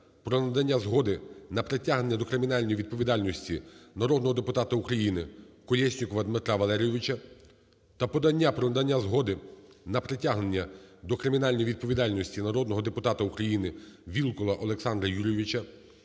про надання згоди на притягнення до кримінальної відповідальності народного депутата України Колєснікова Дмитра Валерійовича та подання про надання згоди на притягнення до кримінальної відповідальності народного депутата УкраїниВілкула Олександра Юрійовича